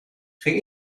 ging